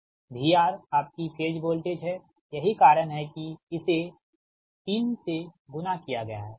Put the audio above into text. VR आपकी phase voltage हैयही कारण है कि इसे 3 से गुणा किया गया है ठीक